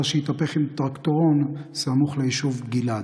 שהתהפך עם טרקטורון סמוך ליישוב גלעד.